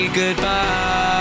goodbye